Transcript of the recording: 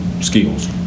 skills